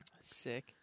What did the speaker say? Sick